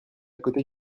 côté